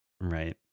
right